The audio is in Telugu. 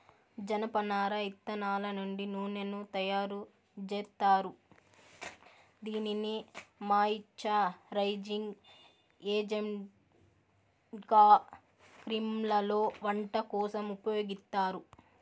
జనపనార ఇత్తనాల నుండి నూనెను తయారు జేత్తారు, దీనిని మాయిశ్చరైజింగ్ ఏజెంట్గా క్రీమ్లలో, వంట కోసం ఉపయోగిత్తారు